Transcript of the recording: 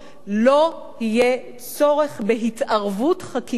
לא יהיה צורך בהתערבות חקיקתית,